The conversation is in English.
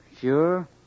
Sure